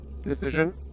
decision